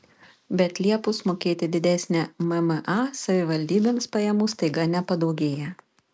bet liepus mokėti didesnę mma savivaldybėms pajamų staiga nepadaugėja